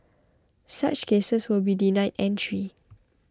such cases will be denied entry